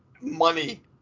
money